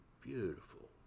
beautiful